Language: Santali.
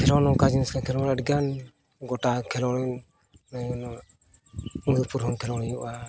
ᱠᱷᱮᱞᱳᱰ ᱱᱚᱝᱠᱟᱱ ᱡᱤᱱᱤᱥ ᱠᱟᱱᱟ ᱜᱚᱴᱟ ᱠᱷᱮᱞᱳᱰ ᱢᱟᱱᱮ ᱱᱚᱣᱟ ᱠᱷᱮᱞᱳᱰ ᱦᱩᱭᱩᱜᱼᱟ